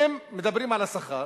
אם מדברים על השכר,